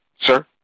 Sir